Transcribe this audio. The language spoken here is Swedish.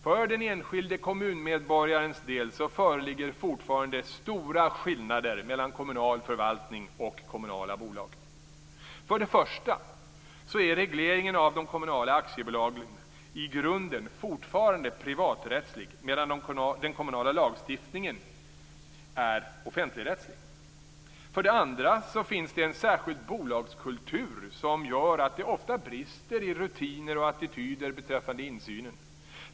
För den enskilde kommunmedborgarens del föreligger fortfarande stora skillnader mellan kommunal förvaltning och kommunala bolag. För det första är regleringen av de kommunala aktiebolagen i grunden fortfarande privaträttslig medan den kommunala lagstiftningen är offentligrättslig. För det andra finns det en särskild bolagskultur som gör att det ofta brister i rutiner och attityder beträffande insynen.